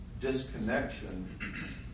disconnection